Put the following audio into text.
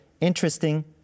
interesting